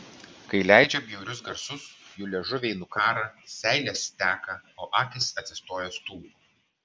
kai leidžia bjaurius garsus jų liežuviai nukąrą seilės teka o akys atsistoja stulpu